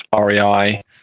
REI